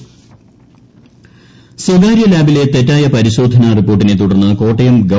മന്ത്രിസഭായോഗം സ്വകാര്യ ലാബിലെ തെറ്റായ പരിശോധനാ റിപ്പോർട്ടിനെ തുടർന്ന് കോട്ടയം ഗവ